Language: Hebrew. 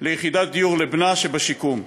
ליחידת דיור לבנה שבשיקום.